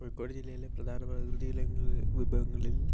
കോഴിക്കോട് ജില്ലയിലെ പ്രധാന പ്രകൃതി ഇനങ്ങളിൽ വിഭവങ്ങളിൽ